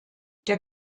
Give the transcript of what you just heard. der